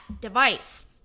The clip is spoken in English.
device